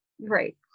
right